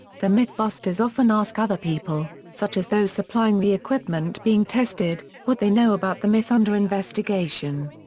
the mythbusters often ask other people, such as those supplying the equipment being tested, what they know about the myth under investigation.